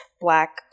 black